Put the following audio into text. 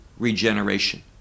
regeneration